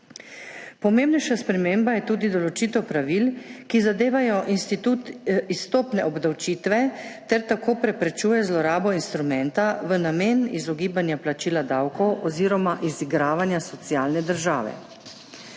Pomembnejša sprememba je tudi določitev pravil, ki zadevajo institut izstopne obdavčitve ter tako preprečuje zlorabo instrumenta v namen izogibanja plačilu davkov oziroma izigravanja socialne države.